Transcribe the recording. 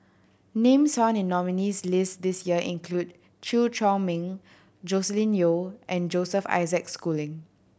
names found in nominees' list this year include Chew Chor Meng Joscelin Yeo and Joseph Isaac Schooling